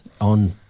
on